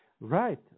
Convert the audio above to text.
Right